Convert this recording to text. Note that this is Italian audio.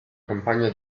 compagna